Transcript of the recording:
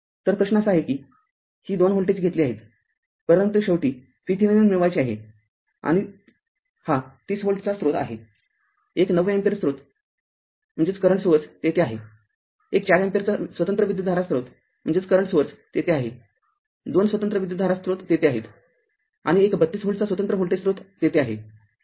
तर प्रश्न असा आहे की ही २ व्होल्टेज घेतली आहेतपरंतु शेवटी VThevenin मिळवायचे आहे आणि हा ३० व्होल्टचा स्रोत आहे एक ९ अँपिअरचा स्रोत स्वतंत्र स्रोत तेथे आहे एक ४ अँपिअरचा स्वतंत्र विद्युतधारा स्रोत तेथे आहे २ स्वतंत्र विद्युतधारा स्रोत तेथे आहेत आणि एक ३२ व्होल्टचा स्वतंत्र व्होल्टेज स्रोत तेथे आहे